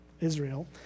Israel